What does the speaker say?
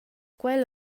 quel